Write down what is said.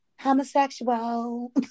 Homosexual